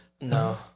no